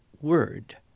word